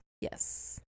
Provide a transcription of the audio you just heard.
Yes